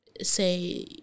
say